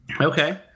okay